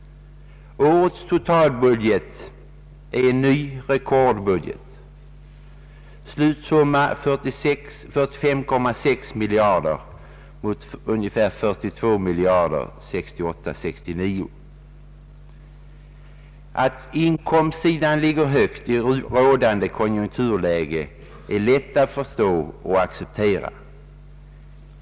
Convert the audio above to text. Årets totalbudget är en ny rekordbudget. Slutsumman är 45,6 miljarder mot ungefär 42 miljarder 1968/69. Att inkomstsidan ligger högt i rådande konjunkturläge är lätt att förstå och acceptera.